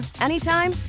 anytime